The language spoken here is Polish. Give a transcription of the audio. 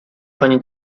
pani